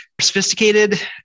sophisticated